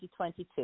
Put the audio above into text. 2022